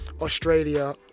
australia